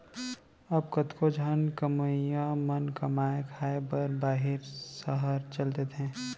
अब कतको झन कमवइया मन कमाए खाए बर बाहिर सहर चल देथे